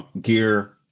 gear